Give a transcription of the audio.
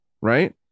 right